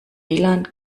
lan